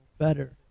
better